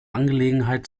angelegenheit